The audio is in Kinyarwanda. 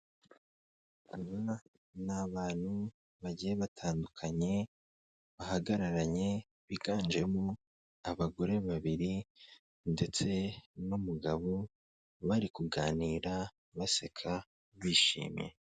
Ni abantu bagiye batandukanye, bahagararanye biganjemo abagore babiri ndetse n'umugabo bari kuganira, baseka bishimye.